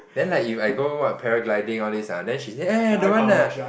then like if I go what paragliding all this ah then she say !aiya! don't want lah